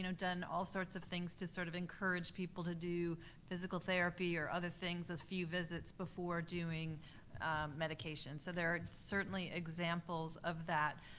so done all sorts of things to sort of encourage people to do physical therapy or other things, a few visits before doing medication. so there are certainly examples of that.